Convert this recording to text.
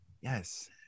yes